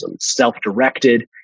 self-directed